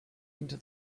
into